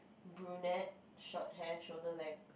brunette short hair shoulder length